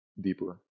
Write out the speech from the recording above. deeper